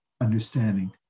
understanding